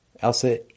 Elsa